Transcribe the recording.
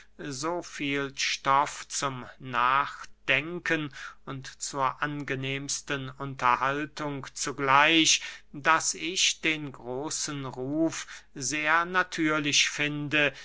so viel stoff zum nachdenken und zur angenehmen unterhaltung zugleich daß ich den großen ruf sehr natürlich finde